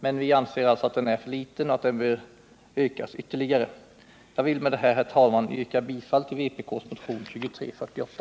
Men vi anser att den är för liten och att anslaget bör ökas ytterligare. Jag vill med detta, herr talman, yrka bifall till vpk:s motion 2348.